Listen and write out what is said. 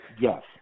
yes